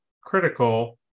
critical